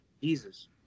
Jesus